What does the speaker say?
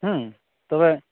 ᱦᱩᱸ ᱛᱚᱵᱮ